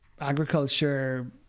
agriculture